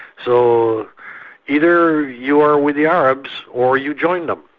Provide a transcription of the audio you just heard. so either you are with the arabs or you join them.